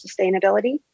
sustainability